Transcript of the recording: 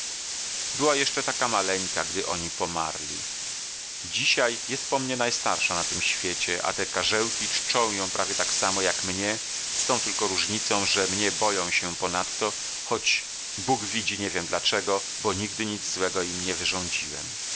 była jeszcze taka maleńka gdy oni pomarli dzisiaj jest po mnie najstarsza na tym świecie a te karzełki czczą ją prawie tak samo jak mnie z tą tylko różnicą że mnie boją się ponadto choć bóg widzi nie wiem dlaczego bo nigdy nic złego im nie wyrządziłem